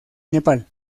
nepal